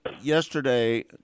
yesterday